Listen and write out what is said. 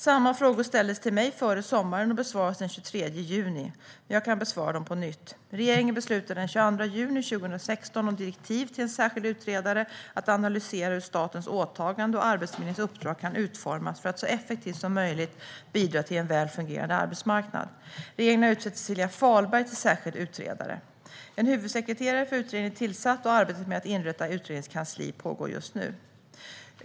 Samma frågor ställdes till mig före sommaren och besvarades den 23 juni, men jag kan besvara dem på nytt. Regeringen beslutade den 22 juni 2016 om direktiv till en särskild utredare att analysera hur statens åtagande och Arbetsförmedlingens uppdrag kan utformas för att så effektivt som möjligt bidra till en väl fungerande arbetsmarknad. Regeringen har utsett Cecilia Fahlberg till särskild utredare. En huvudsekreterare för utredningen är tillsatt, och arbetet med att inrätta utredningens kansli pågår just nu.